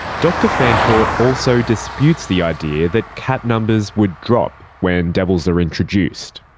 dr fancourt also disputes the idea that cat numbers would drop when devils are introduced.